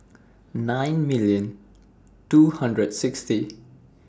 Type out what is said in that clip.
nine million two hundred and sixty